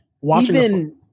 watching